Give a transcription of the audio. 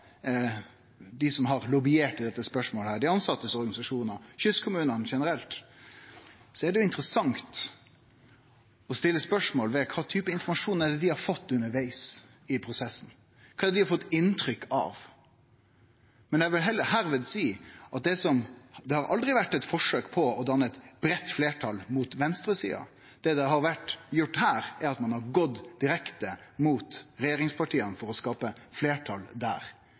dei som har lobbyert i dette spørsmålet – organisasjonane til dei tilsette og kystkommunane generelt – er det interessant å stille spørsmålet: Kva for informasjon har dei fått undervegs i prosessen, og kva slags inntrykk har dei fått her? Men eg vil seie at det aldri har vore eit forsøk på å danne eit breitt fleirtal mot venstresida. Det ein har gjort her, er at ein har gått direkte mot regjeringspartia for å skape fleirtal der.